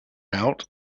out